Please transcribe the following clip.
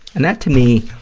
and that, to me,